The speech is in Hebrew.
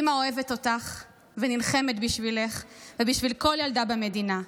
אימא אוהבת אותך ונלחמת בשבילך ובשביל כל ילדה במדינה,